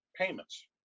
payments